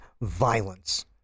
violence